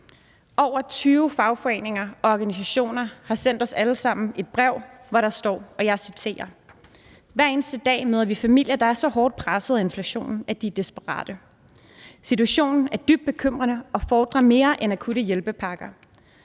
Over 20 fagforeninger og organisationer har sendt os alle sammen et brev, hvori der står – og jeg citerer: Hver eneste dag møder vi familier, der er så hårdt presset af inflationen, at de er desperate. Situationen er dybt bekymrende og fordrer mere end akutte hjælpepakker.